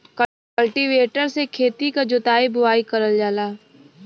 cultivator से खेती क जोताई बोवाई करल जाला